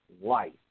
life